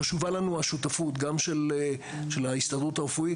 חשובה לנו השותפות גם של ההסתדרות הרפואית